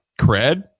cred